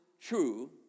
true